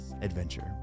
adventure